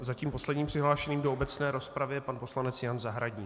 Zatím posledním přihlášeným do obecné rozpravy je pan poslanec Jan Zahradník.